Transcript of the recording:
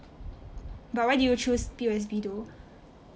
but why do you choose P_O_S_B though